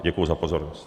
Děkuji za pozornost.